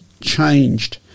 changed